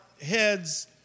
heads